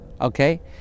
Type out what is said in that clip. Okay